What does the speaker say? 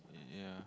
yeah